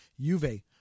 Juve